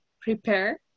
Prepare